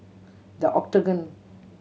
The Octagon